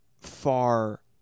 far